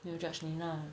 don't judge me now